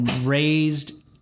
raised